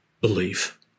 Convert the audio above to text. belief